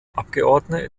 abgeordneter